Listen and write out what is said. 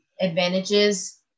advantages